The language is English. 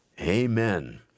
Amen